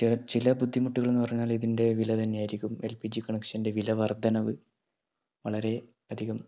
ചില ബുദ്ധിമുട്ടുകളെന്ന് പറഞ്ഞാൽ ഇതിൻ്റെ വില തന്നെയായിരിക്കും എൽ പി ജി കണക്ഷൻ്റെ വിലവർദ്ധനവ് വളരെ അധികം